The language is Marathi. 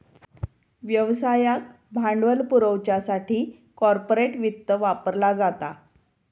व्यवसायाक भांडवल पुरवच्यासाठी कॉर्पोरेट वित्त वापरला जाता